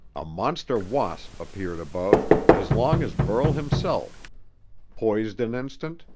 a monster wasp appeared above as long as burl himself poised an instant,